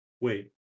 Wait